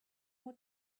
what